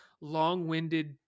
long-winded